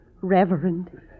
Reverend